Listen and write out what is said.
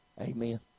Amen